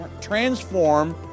transform